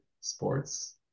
sports